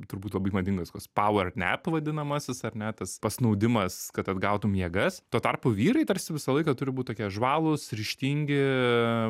turbūt labai madingas koks power nap vadinamasis ar ne tas pasnaudimas kad atgautum jėgas tuo tarpu vyrai tarsi visą laiką turi būt tokie žvalūs ryžtingi